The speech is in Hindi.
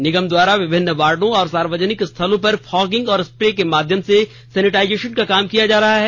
निगम द्वारा विभिन्न वार्डों और सार्वजनिक स्थलों पर फागिंग और स्प्रे के माध्यम से सैनिटाइजेशन का काम किया जा रहा है